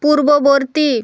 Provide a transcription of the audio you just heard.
পূর্ববর্তী